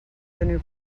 teniu